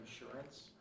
insurance